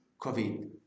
COVID